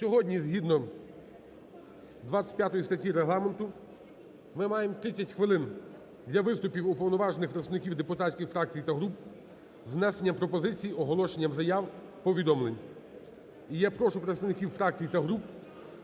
Сьогодні згідно 25 статті Регламенту ми маємо 30 хвилин для виступів уповноважених представників депутатських фракцій та груп з внесенням пропозицій, оголошенням заяв, повідомлень. І я прошу представників фракцій та груп